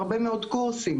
הרבה מאוד קורסים,